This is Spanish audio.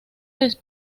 les